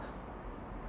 ~x